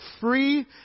free